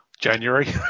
January